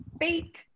fake